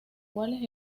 cuales